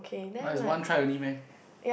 but is one try only meh